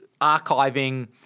archiving